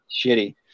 shitty